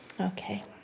Okay